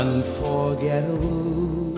Unforgettable